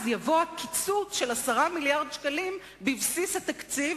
אז יבוא הקיצוץ של 10 מיליארדי שקלים בבסיס התקציב,